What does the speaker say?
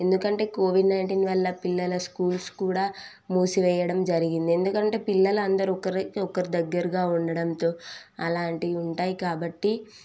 ఎందుకంటే covid nineteen వల్ల పిల్లల స్కూల్స్ కూడా మూసి వేయడం జరిగింది ఎందుకంటే పిల్లలు అందరు ఒకరికి ఒకరు దగ్గరగా ఉండడంతో అలాంటివి ఉంటాయి కాబట్టి